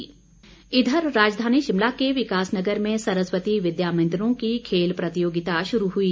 खेल इधर राजधानी शिमला के विकासनगर में सरस्वती विद्या मंदिरों की खेल प्रतियोगिता शुरू हुई